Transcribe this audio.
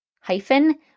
hyphen